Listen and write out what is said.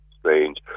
strange